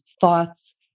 thoughts